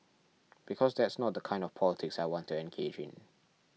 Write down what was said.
because that's not the kind of the politics I want to engage in